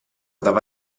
dava